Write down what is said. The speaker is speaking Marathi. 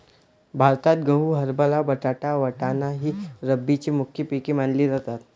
भारतात गहू, हरभरा, बटाटा, वाटाणा ही रब्बीची मुख्य पिके मानली जातात